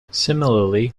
similarly